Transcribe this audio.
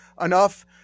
enough